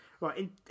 Right